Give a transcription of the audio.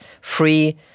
free